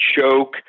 choke